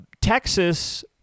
Texas